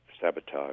sabotage